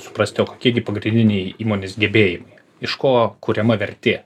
suprasti o kokie gi pagrindiniai įmonės gebėjimai iš ko kuriama vertė